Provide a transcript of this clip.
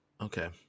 okay